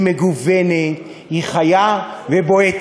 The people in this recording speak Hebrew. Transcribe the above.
היא מגוונת, היא חיה ובועטת.